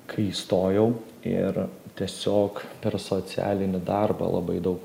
kai įstojau ir tiesiog per socialinį darbą labai daug